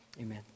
Amen